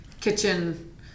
kitchen